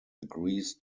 agrees